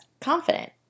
confident